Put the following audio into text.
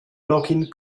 login